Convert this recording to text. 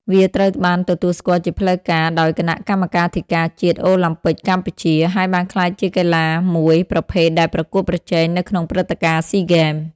វាត្រូវបានទទួលស្គាល់ជាផ្លូវការដោយគណៈកម្មាធិការជាតិអូឡាំពិកកម្ពុជា ហើយបានក្លាយជាកីឡាមួយប្រភេទដែលប្រកួតប្រជែងនៅក្នុងព្រឹត្តិការណ៍ស៊ីហ្គេម។